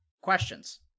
Questions